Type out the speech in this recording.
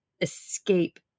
escape